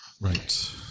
Right